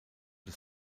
des